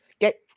Get